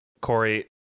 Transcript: Corey